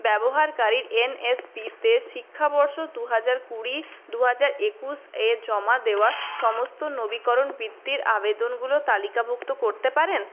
ব্যবহারকারীর N S পিতে শিক্ষাবর্ষ দুহাজার কুড়ি দুহাজার একুশ এ জমা দেওয়া সমস্ত নবীকরণ বৃত্তির আবেদনগুলো তালিকাভুক্ত করতে পারেন